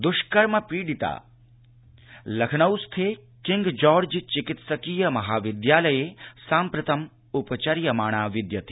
द्ष्कर्म पीडिता लखनऊ स्थे किंग् जॉर्ज् चिकित्सकीय महाविद्यालये साम्प्रतम् उपचर्यमाणा विद्यते